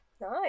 Nice